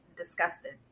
disgusted